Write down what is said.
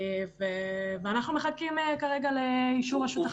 ואנחנו מחכים כרגע לאישור רשות החברות.